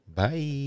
Bye